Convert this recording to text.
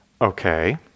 Okay